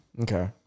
Okay